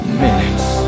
minutes